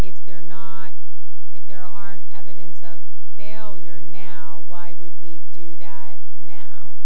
if they're not if there are evidence of failure now why would we do that now